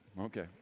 Okay